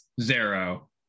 Zero